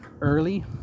early